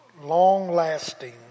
long-lasting